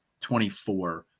24